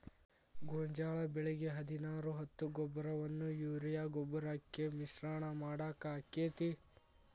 ಗೋಂಜಾಳ ಬೆಳಿಗೆ ಹದಿನಾರು ಹತ್ತು ಗೊಬ್ಬರವನ್ನು ಯೂರಿಯಾ ಗೊಬ್ಬರಕ್ಕೆ ಮಿಶ್ರಣ ಮಾಡಾಕ ಆಕ್ಕೆತಿ?